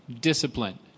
discipline